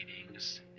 meetings